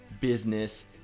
business